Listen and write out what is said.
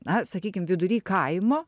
na sakykim vidury kaimo